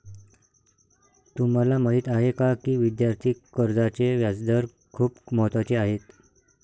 तुम्हाला माहीत आहे का की विद्यार्थी कर्जाचे व्याजदर खूप महत्त्वाचे आहेत?